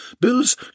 Bill's